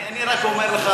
אני רק אומר לך,